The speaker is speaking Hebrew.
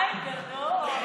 מאי, גדול.